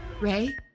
Ray